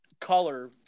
color